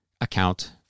account